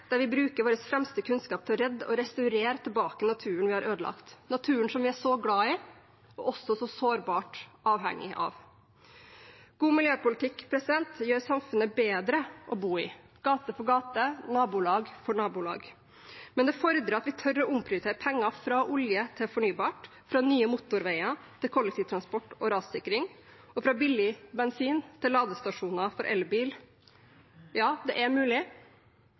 der vi bruker vår fremste kunnskap til å redde og restaurere tilbake naturen vi har ødelagt – naturen som vi er så glad i og så sårbart avhengige av. God miljøpolitikk gjør samfunnet bedre å bo i, gate for gate, nabolag for nabolag. Det fordrer at vi tør å omprioritere penger fra olje til fornybart, fra nye motorveier til kollektivtransport og rassikring, og fra billig bensin til ladestasjoner for elbil. Ja, det er mulig,